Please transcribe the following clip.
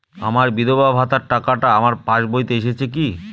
আমার বিধবা ভাতার টাকাটা আমার পাসবইতে এসেছে কি?